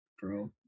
bro